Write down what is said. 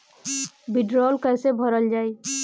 वीडरौल कैसे भरल जाइ?